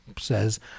says